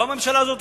לא הממשלה הזאת,